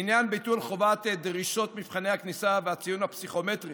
לעניין ביטול דרישות מבחני הכניסה והציון הפסיכומטרי